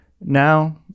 now